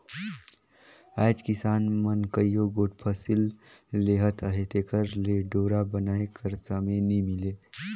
आएज किसान मन कइयो गोट फसिल लेहत अहे तेकर ले डोरा बनाए कर समे नी मिले